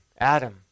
Adam